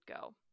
go